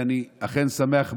אני אכן שמח מאוד.